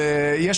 ויש